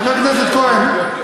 חבר הכנסת כהן,